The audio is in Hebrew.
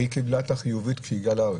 היא קיבלה את החיובית כשהיא הגיעה לארץ.